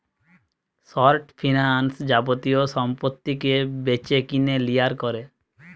short finance যাবতীয় সম্পত্তিকে বেচেকিনে লিয়ার জন্যে